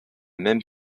même